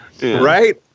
Right